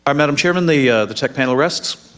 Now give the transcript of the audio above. um madam chairman, the the tech panel rests.